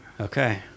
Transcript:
okay